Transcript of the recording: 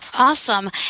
Awesome